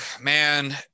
man